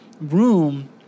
Room